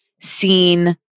seen